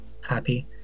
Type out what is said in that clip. happy